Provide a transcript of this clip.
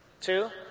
Two